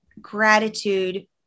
gratitude